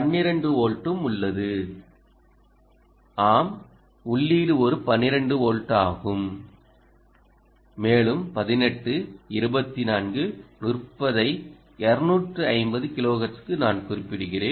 பன்னிரண்டு வோல்ட் ஆம் உள்ளீடு ஒரு 12 வோல்ட் ஆகும் மேலும் 18 24 30 ஐ 250 கிலோஹெர்ட்ஸுக்கு நான் குறிப்பிடுகிறேன்